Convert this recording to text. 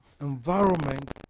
environment